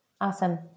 Awesome